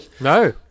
no